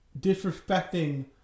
disrespecting